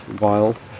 Wild